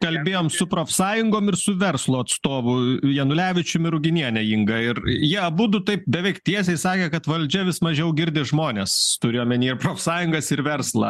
kalbėjom su profsąjungom ir su verslo atstovu janulevičium ruginiene inga ir jie abudu taip beveik tiesiai sakė kad valdžia vis mažiau girdi žmones turiu omeny profsąjungas ir verslą